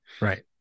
right